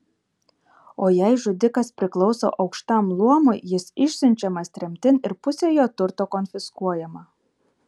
o jei žudikas priklauso aukštam luomui jis išsiunčiamas tremtin ir pusė jo turto konfiskuojama